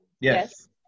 Yes